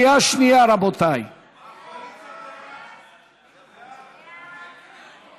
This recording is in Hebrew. סעיף 1 נתקבל.